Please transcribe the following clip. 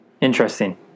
Interesting